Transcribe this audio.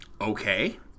Okay